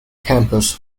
campus